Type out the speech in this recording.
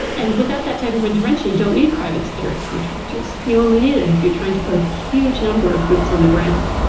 and without that type of intervention you don't need private security contractors, you only need it and if you're trying to put a huge number of boots on the ground.